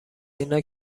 اینا